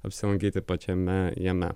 apsilankyti pačiame jame